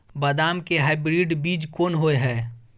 बदाम के हाइब्रिड बीज कोन होय है?